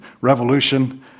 revolution